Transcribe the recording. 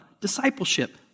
discipleship